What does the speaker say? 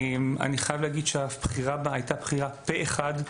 אני חייב להגיד שהבחירה בה הייתה בחירה פה אחד.